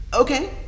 Okay